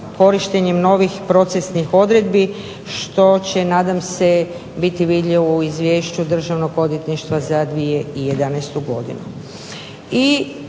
korištenjem novih procesnih odredbi što će nadam se biti vidljivo u izvješću Državno odvjetništva za 2011. godinu.